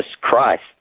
Christ